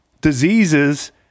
diseases